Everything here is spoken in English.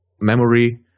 memory